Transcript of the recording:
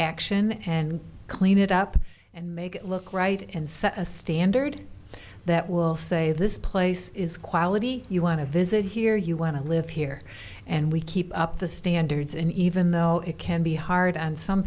action and clean it up and make it look right and set a standard that will say this place is quality you want to visit here you want to live here and we keep up the standards and even though it can be hard on some